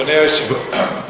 אדוני היושב-ראש,